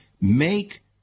make